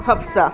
Hafsa